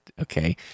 okay